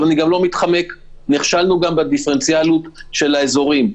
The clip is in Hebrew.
לא מתחמק ואומר שנכשלנו גם בדיפרנציאליות של האזורים.